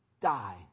die